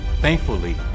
Thankfully